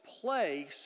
place